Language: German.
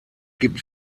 gibt